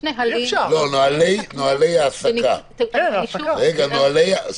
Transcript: אתה מדבר על נוהלי ההעסקה.